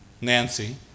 Nancy